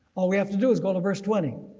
all we have to do is go to verse twenty.